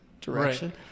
direction